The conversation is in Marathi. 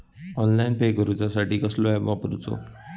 ऑनलाइन पे करूचा साठी कसलो ऍप वापरूचो?